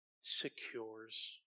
secures